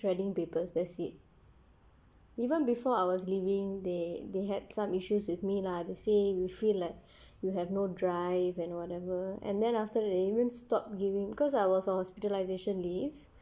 shredding papers that's it even before I was leaving they they had some issues with me lah to say you feel like you have no drive and whatever and then after that you will stop giving because I was on hospitalisation leave